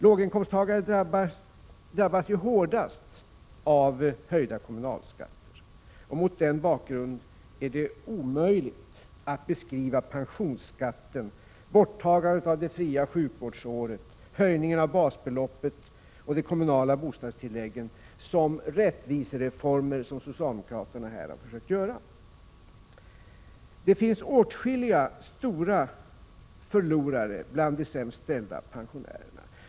Låginkomsttagare drabbas hårdast av höjda kommunalskatter. Mot denna bakgrund blir det omöjligt att beskriva pensionsskatten, borttagandet av det fria sjukvårdsåret, höjningen av basbeloppet och de kommunala bostadstillläggen som rättvisereformer, som socialdemokraterna har försökt göra. Det finns åtskilliga stora förlorare bland de sämst ställda pensionärerna.